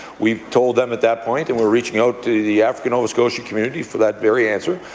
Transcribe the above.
we told them at that point and we're reaching out to the african nova scotia community for that very answer.